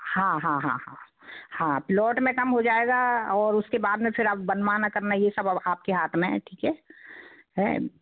हाँ हाँ हाँ हाँ हाँ प्लोट में कम हो जाएगा और उसके बाद में फिर आप बनवाना करना ये सब अब आप के हाथ में है ठीक है हें